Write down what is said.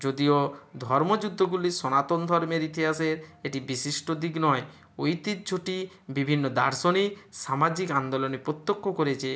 যদিও ধর্মযুদ্ধগুলি সনাতন ধর্মের ইতিহাসের একটি বিশিষ্ট দিক নয় ঐতিহ্যটি বিভিন্ন দার্শনিক সামাজিক আন্দোলনে প্রত্যক্ষ করেছে